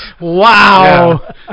Wow